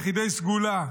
יחידי סגולה,